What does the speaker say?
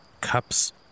cups